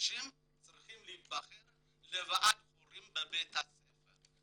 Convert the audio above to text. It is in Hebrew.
אנשים צריכים להיבחר לוועד הורים בבית הספר.